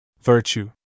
virtue